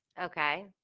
Okay